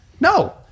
No